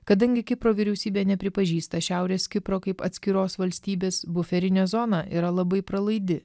kadangi kipro vyriausybė nepripažįsta šiaurės kipro kaip atskiros valstybės buferinė zona yra labai pralaidi